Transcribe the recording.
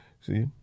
See